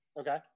Okay